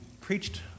preached